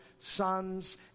sons